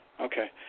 Okay